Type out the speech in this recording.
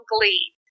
Glee